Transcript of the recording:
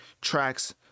tracks